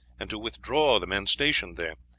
and to withdraw the men stationed there.